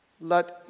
let